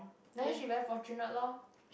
then she very fortunate lor